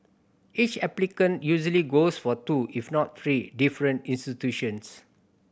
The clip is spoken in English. each applicant usually goes for two if not three different institutions